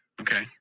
Okay